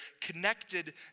connected